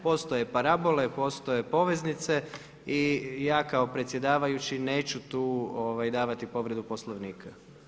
Postoje parabole, postoje poveznice i ja kao predsjedavajući neću tu davati povredu Poslovnika.